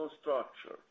structure